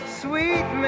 sweet